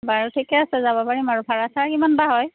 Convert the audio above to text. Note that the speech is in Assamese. বাৰু ঠিকে আছে যাব পাৰিম বাৰু ভাড়া চাড়া কিমান বা হয়